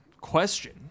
question